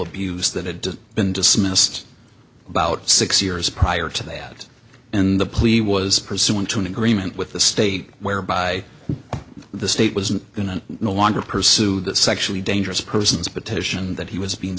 abuse that had been dismissed about six years prior to that in the plea was pursuant to an agreement with the state whereby the state wasn't going to no longer pursue the sexually dangerous persons petition that he was being